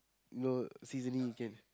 you know seasoning you can